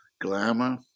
glamour